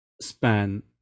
span